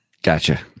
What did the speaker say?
Gotcha